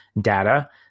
data